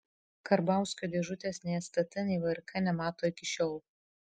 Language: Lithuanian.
karbauskio dėžutės nei stt nei vrk nemato iki šiol